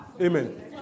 Amen